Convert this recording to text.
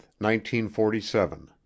1947